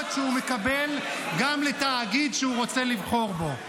שהוא מקבל גם לתאגיד שהוא רוצה לבחור בו.